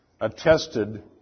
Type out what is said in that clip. attested